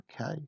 okay